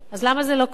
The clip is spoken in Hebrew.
אז למה זה לא קורה?